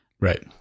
Right